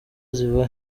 ziva